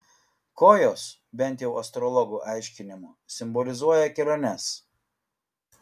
kojos bent jau astrologų aiškinimu simbolizuoja keliones